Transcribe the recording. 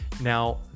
now